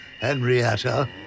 Henrietta